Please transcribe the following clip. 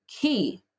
key